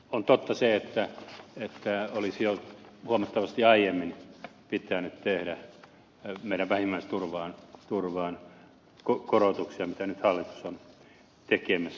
on totta se että olisi jo huomattavasti aiemmin pitänyt tehdä vähimmäisturvaamme korotuksia mitä nyt hallitus on tekemässä